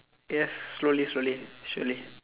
yes slowly slowly surely